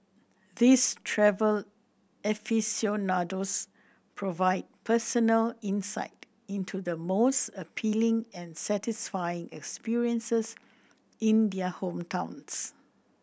these travel aficionados provide personal insight into the most appealing and satisfying experiences in their hometowns